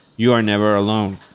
you are never alone.